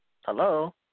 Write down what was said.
Hello